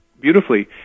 beautifully